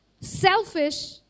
selfish